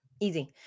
Easy